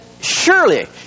surely